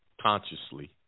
consciously